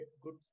good